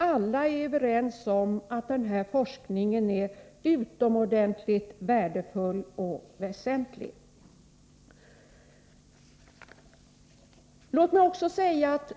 Alla är överens om att denna forskning är utomordentligt värdefull och väsentlig.